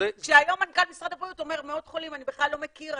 כשהיום מנכ"ל משרד הבריאות אומר: מאות חולים אני בכלל לא מכיר,